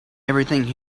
everything